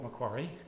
Macquarie